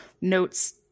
notes